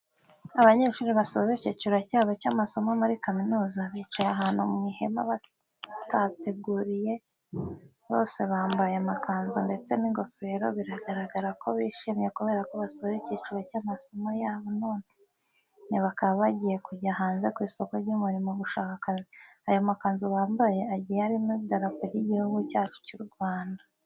Abanyeshuri basoje ikiciro cyabo cy'amasomo muri kaminuza, bicaye ahantu mu ihema babateguriye. Bose bambaye amakanzu ndetse n'ingofero, biragaragara ko bishimye kubera ko basoje ikiciro cy'amasomo yabo none bakaba bagiye kujya hanze ku isoko ry'umurimo gushaka akazi. Ayo makanzu bambaye agiye arimo idarapo ry'igihugu cyacu cy'u Rwanda.